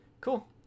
cool